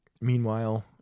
meanwhile